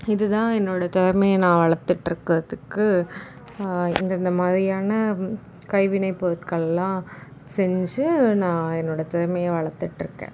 இது தான் என்னோட திறமையை நான் வளர்த்துட்டுக்குறதுக்கு இந்தந்த மாதிரியான கைவினை பொருட்கள்லாம் செஞ்சு நான் என்னோட திறமையை வளர்த்துட்ருக்கன்